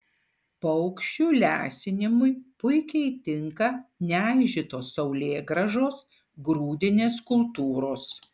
paukščių lesinimui puikiai tinka neaižytos saulėgrąžos grūdinės kultūros